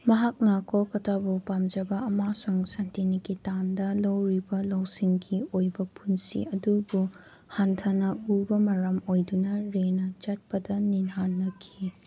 ꯃꯍꯥꯛꯅ ꯀꯣꯜꯀꯇꯥꯕꯨ ꯄꯥꯝꯖꯕ ꯑꯃꯁꯨꯡ ꯁꯟꯇꯤꯅꯤꯀꯦꯇꯥꯟꯗ ꯂꯧꯔꯤꯕ ꯂꯧꯁꯤꯡꯒꯤ ꯑꯣꯏꯕ ꯄꯨꯟꯁꯤ ꯑꯗꯨꯕꯨ ꯍꯟꯊꯅ ꯎꯕ ꯃꯔꯝ ꯑꯣꯏꯗꯨꯅ ꯔꯦꯅ ꯆꯠꯄꯗ ꯅꯤꯡꯍꯟꯅꯈꯤ